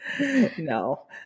no